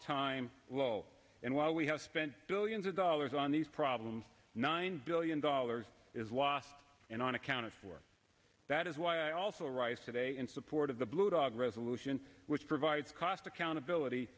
time low and while we have spent billions of dollars on these problems nine billion dollars is lost and unaccounted for that is why also rice today in support of the blue dog resolution which provides cost accountability